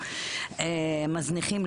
מזניחים,